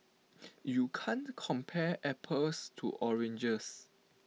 you can't compare apples to oranges